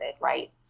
right